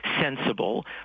sensible